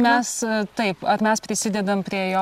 mes taip mes prisidedam prie jo